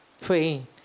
praying